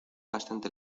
bastante